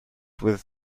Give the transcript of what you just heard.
with